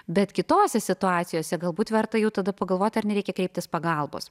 bet kitose situacijose galbūt verta jau tada pagalvoti ar nereikia kreiptis pagalbos